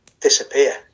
disappear